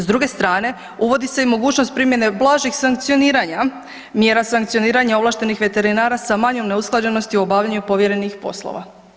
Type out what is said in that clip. S druge strane, uvodi se i mogućnost primjene blažih sankcioniranja mjera sankcioniranja ovlaštenih veterinara sa manjom neusklađenosti u obavljanju povjerenih poslova.